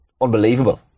unbelievable